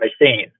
machine